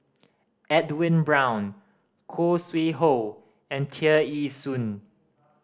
Edwin Brown Khoo Sui Hoe and Tear Ee Soon